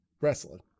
wrestling